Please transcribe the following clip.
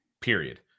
period